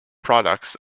products